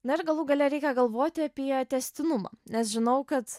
na ir galų gale reikia galvoti apie tęstinumą nes žinau kad